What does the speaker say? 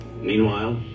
Meanwhile